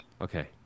Okay